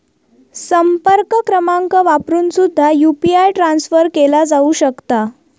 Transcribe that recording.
संपर्क क्रमांक वापरून सुद्धा यू.पी.आय ट्रान्सफर केला जाऊ शकता